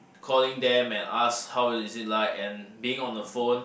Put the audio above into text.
calling them and ask how is it like and being on the phone